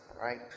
right